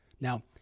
now